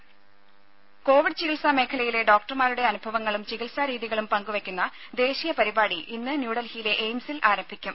രുദ കോവിഡ് ചികിത്സാ മേഖലയിലെ ഡോക്ടർമാരുടെ അനുഭവങ്ങളും ചികിത്സാ രീതികളും പങ്കു വെയ്ക്കുന്ന ദേശീയ പരിപാടി ഇന്ന് ന്യൂഡൽഹിയിലെ എയിംസിൽ ആരംഭിക്കും